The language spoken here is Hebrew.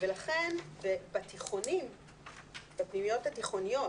לכן בפנימיות התיכוניות,